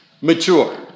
mature